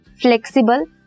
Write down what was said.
flexible